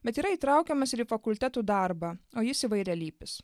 bet yra įtraukiamas į fakultetų darbą o jis įvairialypis